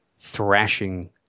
thrashing